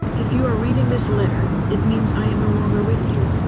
if you are reading this letter, it means i am no longer with you.